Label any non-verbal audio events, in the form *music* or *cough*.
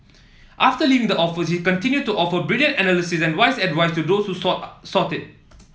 after leaving the office he continued to offer brilliant analysis and wise advice to those *unintelligible* sought it